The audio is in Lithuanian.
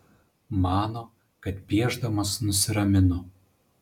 mano kad piešdamas nusiraminu